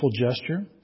gesture